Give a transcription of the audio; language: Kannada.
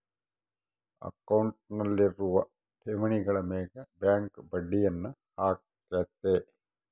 ಅಕೌಂಟ್ನಲ್ಲಿರುವ ಠೇವಣಿಗಳ ಮೇಗ ಬ್ಯಾಂಕ್ ಬಡ್ಡಿಯನ್ನ ಹಾಕ್ಕತೆ